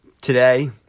today